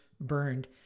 burned